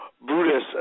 Brutus